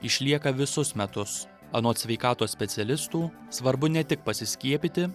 išlieka visus metus anot sveikatos specialistų svarbu ne tik pasiskiepyti